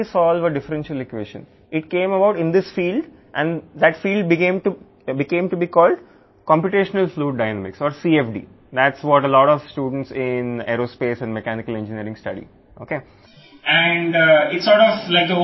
కాబట్టి డిఫరెన్షియల్ ఈక్వేషన్ని సంఖ్యాపరంగా పరిష్కరించడానికి ప్రయత్నించిన మొదటి ప్రయత్నం ఇది ఈ రంగంలో వచ్చింది మరియు ఆ ఫీల్డ్ కంప్యూటేషనల్ ఫ్లూయిడ్ డైనమిక్స్ లేదా CFD అని పిలువబడింది అది ఏరోస్పేస్ మరియు మెకానికల్ ఇంజనీరింగ్ అధ్యయనంలో చాలా మంది విద్యార్థులు ఉన్నారు